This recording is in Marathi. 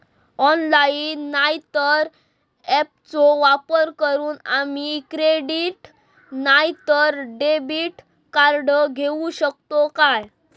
ऑनलाइन नाय तर ऍपचो वापर करून आम्ही क्रेडिट नाय तर डेबिट कार्ड घेऊ शकतो का?